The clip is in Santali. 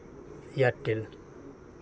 ᱮᱭᱟᱨᱴᱮᱞ